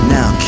Now